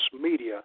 media